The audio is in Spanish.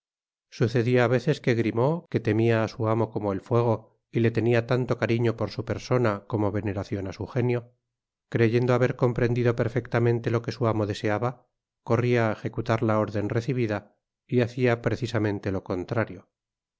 sucedia á veces que grimaud que temia á su amo como el fuego y le tenia tanto cariño por su persona como veneracion á su génio creyendo haber comprendido perfectamente lo que su amo deseaba corría á ejecutar la órrlon recibida y hacia precisamente lo contrario